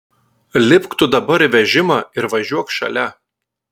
lipk tu dabar į vežimą ir važiuok šalia